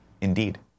Indeed